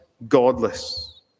godless